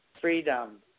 freedom